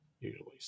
usually